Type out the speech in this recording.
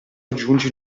aggiungi